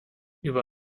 über